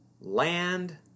land